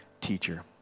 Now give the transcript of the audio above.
teacher